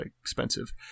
expensive